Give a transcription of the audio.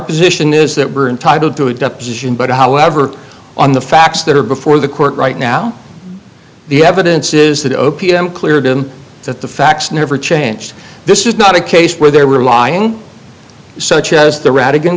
position is that we are entitled to a deposition but however on the facts that are before the court right now the evidence is that o p m clear to them that the facts never changed this is not a case where they were lying such as the ra